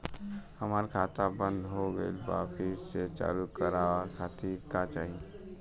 हमार खाता बंद हो गइल बा फिर से चालू करा खातिर का चाही?